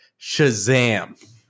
Shazam